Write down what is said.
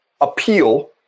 appeal